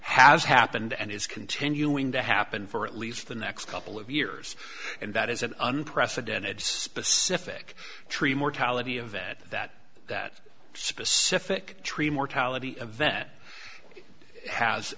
has happened and is continuing to happen for at least the next couple of years and that is an unprecedented specific tree mortality event that that specific tree mortality event has